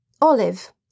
Olive